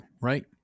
right